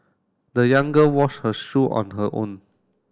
the young girl washed her shoe on her own